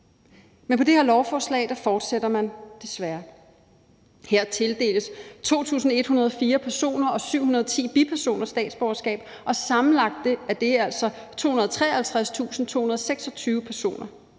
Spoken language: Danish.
men på det her lovforslag fortsætter man desværre. Her tildeles 2.104 personer og 710 bipersoner statsborgerskab, og sammenlagt er det altså 253.226 personer.